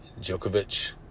Djokovic